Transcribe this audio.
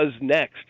next